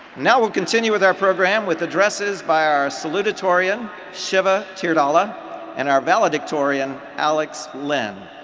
now we'll continue with our program with addresses by our salutatorian shiva teerdhala and our valedictorian alex lynn.